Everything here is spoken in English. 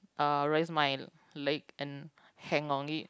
uh raise my leg and hang on it